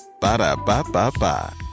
Ba-da-ba-ba-ba